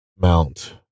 mount